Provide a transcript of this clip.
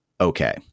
okay